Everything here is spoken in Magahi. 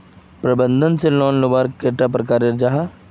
प्रबंधन से लोन लुबार कैडा प्रकारेर जाहा?